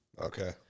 Okay